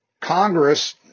Congress